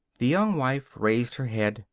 the young wife raised her head.